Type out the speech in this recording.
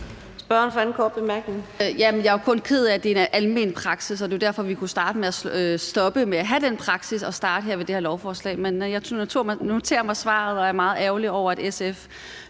Jeg er jo kun ked af, at det er en almen praksis, og det er jo derfor, vi kunne starte med at stoppe med at have den praksis og starte her ved det her lovforslag. Men jeg noterer mig svaret og er meget ærgerlig over, at SF